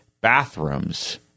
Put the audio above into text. bathrooms